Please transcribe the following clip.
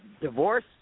Divorce